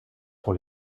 pour